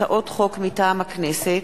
מטעם הכנסת: